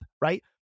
right